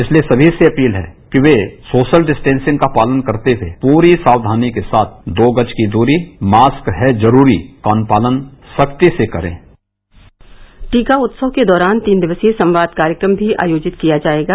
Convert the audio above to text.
इसलिए समी से अपील है कि वे सोशल डिस्टॅसिंग का पालन करते हुए पूरी साक्षानी के साथ दो गज की दूरी मास्क है जरूरी का अनुपालन सख्ती से करें टीका उत्सव के दौरान तीन दिवसीय संवाद कार्यक्रम भी आयोजित किया जायेगा